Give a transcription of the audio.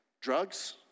drugs